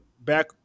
back